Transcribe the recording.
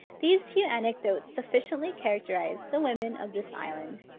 these few anecdotes sufficiently characterise the women of this island.